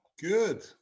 Good